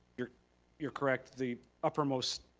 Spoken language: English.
you're you're correct. the upper most